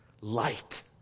Light